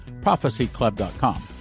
prophecyclub.com